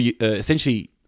essentially